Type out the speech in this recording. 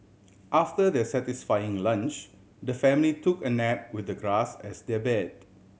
after their satisfying lunch the family took a nap with the grass as their bed